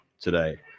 today